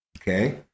okay